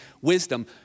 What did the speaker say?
wisdom